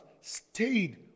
stayed